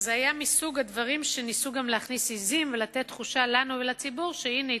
זה היה מסוג הדברים שניסו גם להכניס עזים ולתת תחושה לנו ולציבור שהנה,